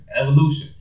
Evolution